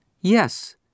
Yes